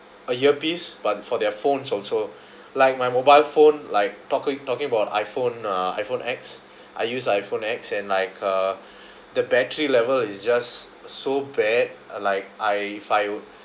uh earpiece but for their phones also like my mobile phone like talking talking about I_phone uh I_phone X I use I_phone X and like uh the battery level is just so bad like I if I'd